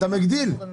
את המגדיל את ההיצע.